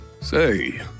Say